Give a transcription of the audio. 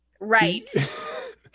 Right